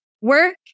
work